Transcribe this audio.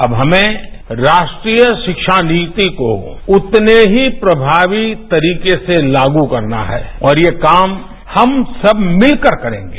अब हमें राष्ट्रीय शिक्षा नीति को उतने की प्रभावी तरीके से लागू करना है और ये काम हम सब मिलकर करेंगे